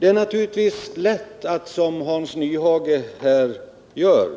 Det är naturligtvis lätt att, såsom Hans Nyhage här gör,